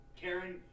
Karen